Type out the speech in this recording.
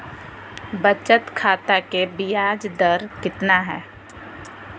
बचत खाता के बियाज दर कितना है?